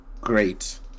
great